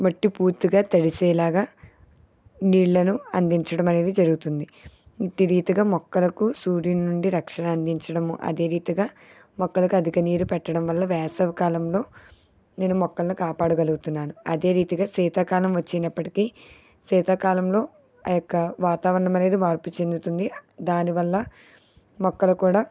మట్టి పూర్తిగా తడిసేలాగా నీళ్ళను అందించడం అనేది జరుగుతుంది ఇట్టి రీతిగా మొక్కలకు సూర్యుడు నుండి రక్షణ అందించడం అదే రీతిగా మొక్కలకు అధిక నీరు పెట్టడం వల్ల వేసవికాలంలో నేను మొక్కలను కాపాడగలుగుతున్నాను అదే రీతిగా శీతాకాలం వచ్చినప్పటికి శీతాకాలంలో ఆ యొక్క వాతావరణం అనేది మార్పు చెందుతుంది దానివల్ల మొక్కలు కూడా